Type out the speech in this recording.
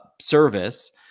service